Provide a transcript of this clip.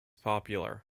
popular